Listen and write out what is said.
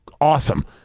awesome